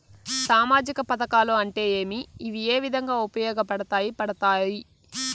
సామాజిక పథకాలు అంటే ఏమి? ఇవి ఏ విధంగా ఉపయోగపడతాయి పడతాయి?